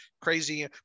crazy